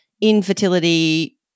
infertility